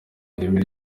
ireme